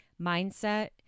mindset